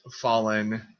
fallen